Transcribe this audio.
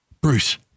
Bruce